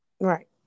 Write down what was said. right